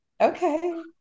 okay